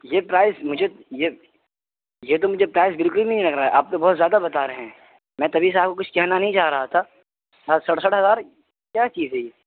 یہ پزائز مجھے یہ یہ تو مجھے پرائز بالکل بھی نہیں لگ رہا ہے آپ تو بہت زیادہ بتا رہے ہیں میں تبھی سے آپ کو کچھ کہنا نہیں چاہ رہا تھا اور سرسٹھ ہزار کیا چیز ہے یہ